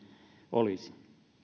olisi